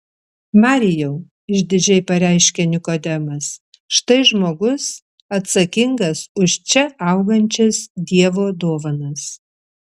marijau išdidžiai pareiškė nikodemas štai žmogus atsakingas už čia augančias dievo dovanas